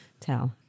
tell